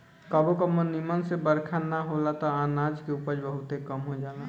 कबो कबो निमन से बरखा ना होला त अनाज के उपज बहुते कम हो जाला